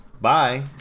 bye